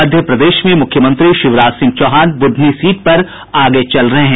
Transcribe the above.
मध्य प्रदेश में मुख्यमंत्री शिवराज सिंह चौहान ब्रधनी सीट पर आगे चल रहे हैं